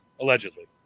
Allegedly